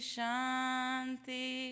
Shanti